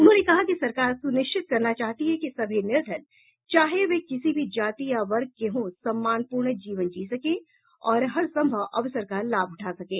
उन्होंने कहा कि सरकार सुनिश्चित करना चाहती है कि सभी निर्धन चाहे वे किसी भी जाति या वर्ग के हों सम्मानपूर्ण जीवन जी सकें और हर संभव अवसर का लाभ उठा सकें